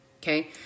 Okay